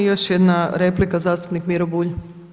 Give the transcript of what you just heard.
I još jedna replika, zastupnik Miro Bulj.